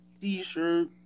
T-shirt